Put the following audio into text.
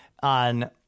on